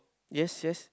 yes yes